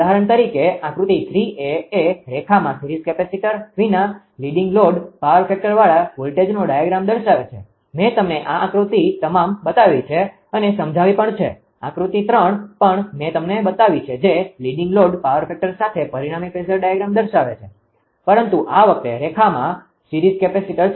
ઉદાહરણ તરીકે આકૃતિ 3 એ રેખામાં સીરીઝ કેપેસિટર વિના લીડીંગ લોડ પાવર ફેક્ટરવાળા વોલ્ટેજનો ડાયાગ્રામ દર્શાવે છે મેં તમને આ તમામ આકૃતિ બતાવી છે અને સમજાવી પણ છે આકૃતિ 3 પણ મે તમને બતાવી છે જે લીડીંગ લોડ પાવર ફેક્ટર સાથે પરિણામી ફેઝર ડાયાગ્રામ દર્શાવે છે પરંતુ આ વખતે રેખામાં સીરીઝ કેપેસિટર છે